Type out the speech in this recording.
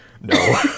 No